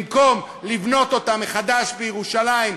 במקום לבנות אותה מחדש בירושלים,